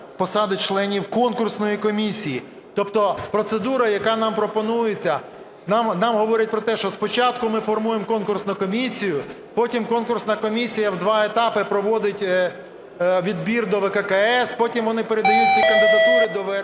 посади членів конкурсної комісії. Тобто процедура, яка нам пропонується, нам говорить про те, що спочатку ми формуємо конкурсну комісію, потім конкурсна комісія у два етапи проводить відбір до ВККС, потім вони передають ці кандидатури до ВРП.